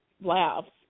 laughs